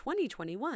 2021